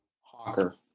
Hawker